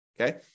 okay